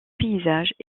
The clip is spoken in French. paysages